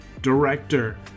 director